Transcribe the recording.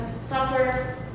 software